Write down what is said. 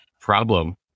problem